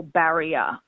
barrier